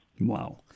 Wow